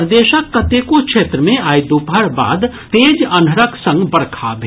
प्रदेशक कतेको क्षेत्र मे आइ दूपहर बाद तेज अन्हरक संग बरखा भेल